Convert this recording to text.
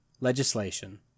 legislation